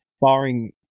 barring